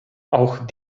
auch